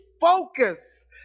focus